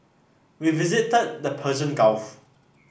we visited the Persian Gulf